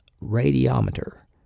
radiometer